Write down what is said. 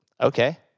okay